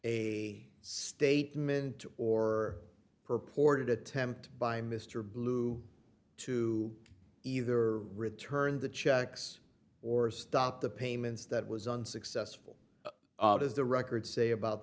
a statement or purported attempt by mr blue to either return the checks or stop the payments that was unsuccessful as the records say about